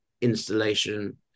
installation